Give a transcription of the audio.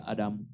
Adam